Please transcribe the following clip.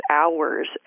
hours